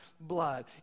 blood